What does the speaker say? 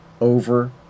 over